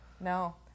no